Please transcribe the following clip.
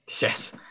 Yes